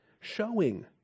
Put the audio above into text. Showing